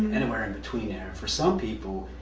anywhere in between there. for some people,